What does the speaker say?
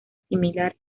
similar